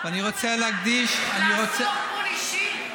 לא בבת אחת, לאסור גמול אישי.